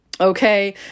Okay